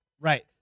Right